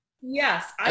yes